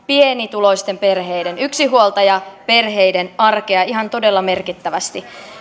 pienituloisten perheiden yksinhuoltajaperheiden arkea ihan todella merkittävästi